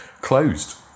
closed